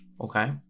Okay